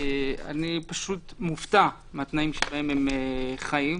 אני פשוט מופתע מהתנאים שבהם הם חיים.